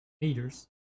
Meters